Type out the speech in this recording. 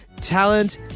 talent